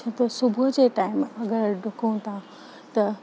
छो त सुबुह जे टाइम अगरि डुकऊं था त